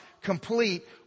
complete